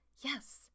Yes